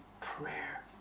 prayer